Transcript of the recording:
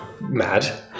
mad